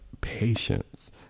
patience